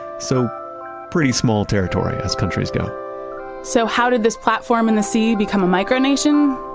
so pretty small territory as countries go so how did this platform and the sea become a micronation?